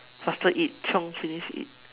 faster eat chiong finish eat